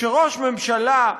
כשראש ממשלה,